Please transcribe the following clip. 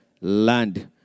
land